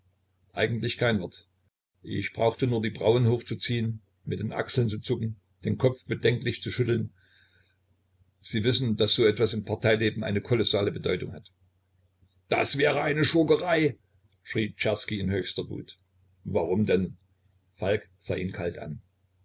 eigentlich kein wort ich brauchte nur die brauen hochzuziehen mit den achseln zu zucken den kopf bedenklich zu schütteln sie wissen daß so etwas im parteileben eine kolossale bedeutung hat das wäre eine schurkerei schrie czerski in höchster wut warum denn falk sah ihn kalt an